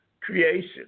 creation